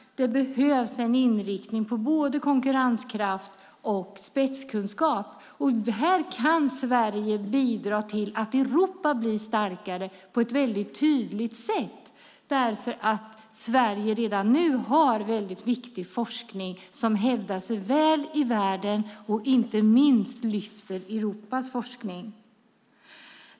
Det behövs en inriktning på både konkurrenskraft och på spetskunskap. Här kan Sverige bidra på ett tydligt sätt till att Europa blir starkare, för Sverige har redan nu väldigt viktig forskning som hävdar sig väl i världen och inte minst lyfter Europas forskning.